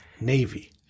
Navy